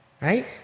right